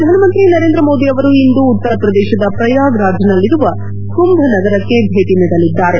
ಪ್ರಧಾನಮಂತ್ರಿ ನರೇಂದ್ರ ಮೋದಿ ಅವರು ಇಂದು ಉತ್ತರ ಪ್ರದೇಶದ ಪ್ರಯಾಗ್ರಾಜ್ನಲ್ಲಿರುವ ಕುಂಭ್ ನಗರಕ್ಕೆ ಭೇಟ ನೀಡಲಿದ್ದಾರೆ